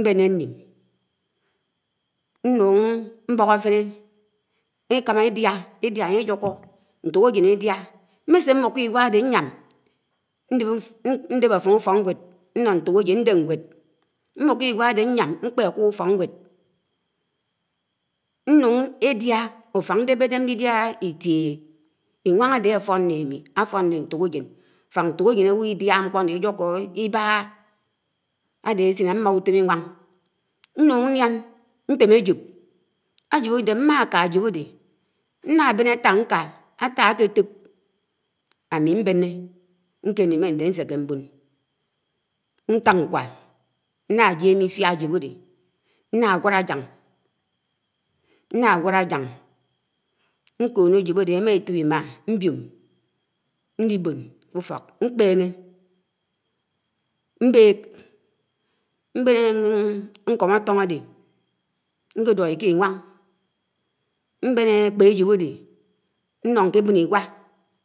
mbèmè nim nuk mbók áfèrè èkèmá édiá, édiá ányè yùkó, ntòk ájèn idiá, mmèsè mbùkó igwò ádè nyám, ndèp, ndèp áffón ufòk nwèd nnó ntòk ájèn, ndèp nwed, mbùkó igwa ádè nyám mkpè ákùk ùfok nwèd nùñ édià, ùffáñ ndèpèdèp ndidiá itièghè, inwáng ádè àfòn nè ámi àfòn nè ntòk ájèn, ùffán né ntòk ájèn ébò ágwò diághá mkpò nò ájukò ibágá ádè sin ámi mma utòm inwáng nyàñ ndiàn ntẽm ájòp, ájòp ádè, ma ka ájòp ádè ná bèn átaa nká átaa ákè tòp ámi mbènnè nkè nim kè ndè ánsèkè mbòn, ntáñ nkwá, na jem ifiá ájòp ádè, ná wád ájiáñ, ná wád ájiáñ, nkoño ájòp ádè émà itòp imaa mbióm ndi bòn k’ufok mkpèngè, mbèk mbèk, mbén nkòñ átòñ ádè nkè duòi k’inwáng mbèn ákpè ájòp ádè ndóñ ké ábón igwó.